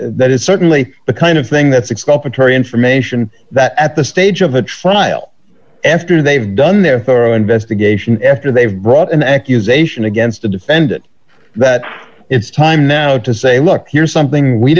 that is certainly the kind of thing that's a call for transformation that at this stage of a trial after they've done their thorough investigation after they've brought an accusation against a defendant that it's time now to say look here's something we